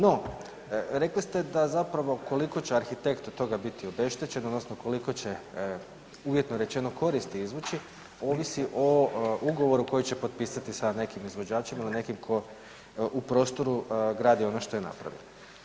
No, rekli ste da zapravo koliko će arhitekt od toga biti obeštećen, odnosno koliko će uvjetno rečeno koristi izvući ovisi o ugovoru koji će potpisati sa nekim izvođačem ili nekim tko u prostoru gradi ono što je napravio.